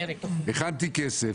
הכנתי כסף,